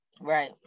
right